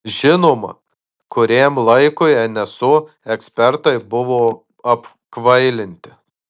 žinoma kuriam laikui nso ekspertai buvo apkvailinti